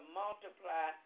multiply